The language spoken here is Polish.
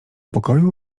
pokoju